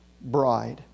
bride